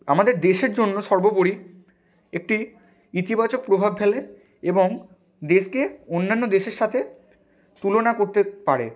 আমাদের দেশের জন্য সর্বোপরি একটি ইতিবাচক প্রভাব ফেলে এবং দেশকে অন্যান্য দেশের সাথে তুলনা করতে পারে